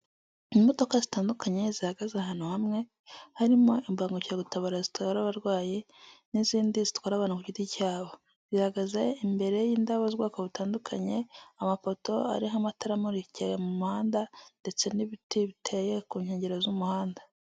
Imodoka zitandukanye zihagaze ahantu hamwe harimo imbangukiragutabara zitwara abarwayi n'izindi zitwara abantu ku giti cyabo, zihagaze imbere y'indabo z'ubwoko butandukanye, amapoto ariho amatara amurikira mu muhanda ndetse n'ibiti biteye ku nkengero z'umuhanda.